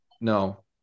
No